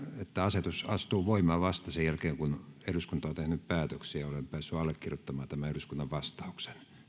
asetus astuu voimaan vasta sen jälkeen kun eduskunta on tehnyt päätöksen ja olen päässyt allekirjoittamaan eduskunnan vastauksen